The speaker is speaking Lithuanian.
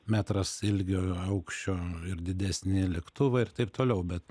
metras ilgio aukščio ir didesni lėktuvai ir taip toliau bet